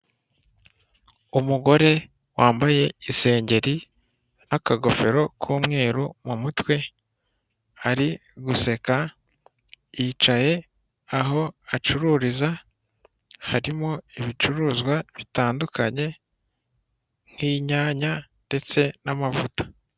Umugore wambaye isengeri n'akagofero k'umweru mu mutwe, ari guseka, yicaye aho acururiza, harimo ibicuruzwa bitandukanye nk'inyanya ndetse n'amavuta.